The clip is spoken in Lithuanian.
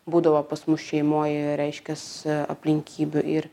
būdavo pas mus šeimoj reiškias aplinkybių ir